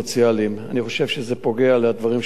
אני חושב שזה קולע לדברים שלך, מולה,